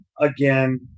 again